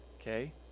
Okay